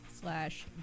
slash